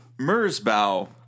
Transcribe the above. Mersbow